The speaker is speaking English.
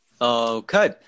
okay